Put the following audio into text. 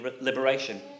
liberation